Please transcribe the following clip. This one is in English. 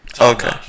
Okay